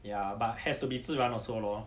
ya but has to be 自然 also lor